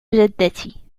جدتي